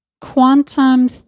quantum